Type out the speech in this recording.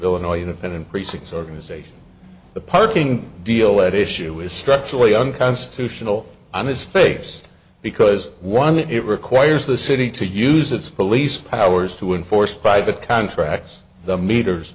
illinois you have been increasing its organization the parking deal at issue is structurally unconstitutional on his face because one it requires the city to use its police powers to enforce private contracts the meters